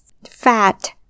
fat